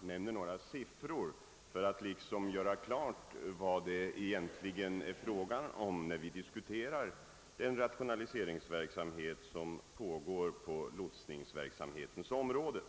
nämner några siffror för att klargöra vad det egentligen är fråga om när vi diskuterar den rationaliseringsverksamhet som pågår på lotsväsendets område.